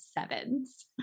sevens